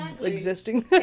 existing